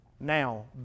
Now